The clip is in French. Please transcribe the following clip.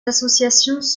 associations